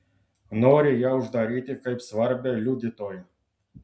nori ją uždaryti kaip svarbią liudytoją